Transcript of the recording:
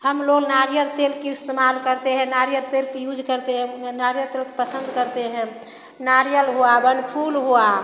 हम लोग नारियल तेल क्यों इस्तेमाल करते हैं नारियर तेल के यूज करते हैं नारियर तेल को पसंद करते हैं नारियल हुआ वनफूल हुआ